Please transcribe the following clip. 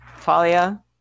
Talia